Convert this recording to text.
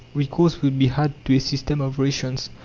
recourse would be had to a system of rations.